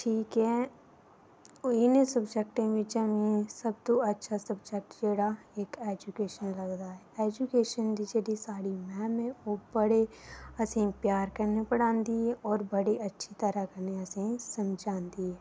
ते इक होर ऐ इत्थै देवी पिंडी उत्थै बी बड़े सारे जेह्के हैन औंदे जात्तरू दर्शन करने गी माता दे ते जेह्ड़ी हैन कि माता वैष्णो देवी ऐ इत्थै बड़े सारे औंदे न जात्तरू हर साल